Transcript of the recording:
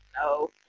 No